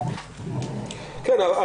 כן.